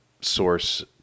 source